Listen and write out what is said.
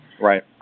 Right